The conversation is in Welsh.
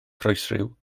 croesryw